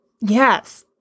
Yes